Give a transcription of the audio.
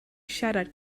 siarad